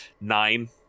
nine